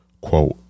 Quote